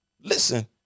Listen